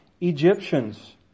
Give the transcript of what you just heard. Egyptians